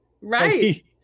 Right